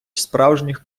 справжніх